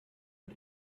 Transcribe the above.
und